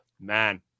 man